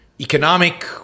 economic